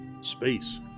space